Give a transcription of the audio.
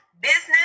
business